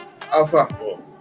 Alpha